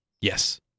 Yes